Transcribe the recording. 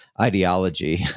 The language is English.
ideology